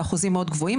באחוזים מאוד גבוהים,